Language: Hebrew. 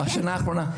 בשנה האחרונה.